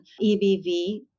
EBV